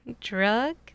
drug